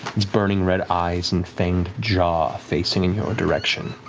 its burning red eyes and fanged jaw facing in your direction.